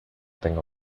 tengo